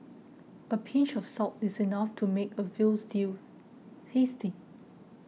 a pinch of salt is enough to make a Veal Stew tasty